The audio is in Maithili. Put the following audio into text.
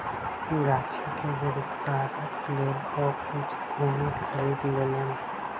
गाछी के विस्तारक लेल ओ किछ भूमि खरीद लेलैन